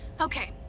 Okay